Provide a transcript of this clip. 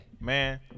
man